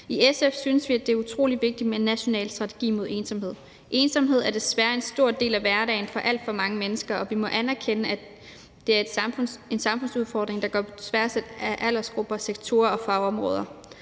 I SF synes vi, det er utrolig vigtigt med en national strategi mod ensomhed. Ensomhed er desværre en stor del af hverdagen for alt for mange mennesker, og vi må anerkende, at det er en samfundsudfordring, der går på tværs af aldersgrupper, sektorer og fagområder.